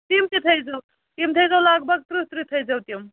تِم تہِ تھٲوزیٚو تِم تھٲوزیٚو لَگ بَگ تٕرٛہ تٕرٛہ تھٲوزیٚو تِم